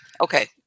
Okay